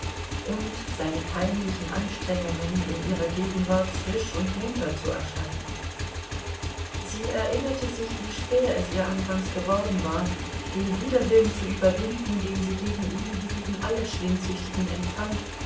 und seine peinlichen anstrengungen in ihrer gegenwart frisch und munter zu erscheinen sie erinnerte sich wie schwer es ihr anfangs geworden war den widerwillen zu überwinden den sie gegen ihn wie gegen alle schwindsüchtigen empfand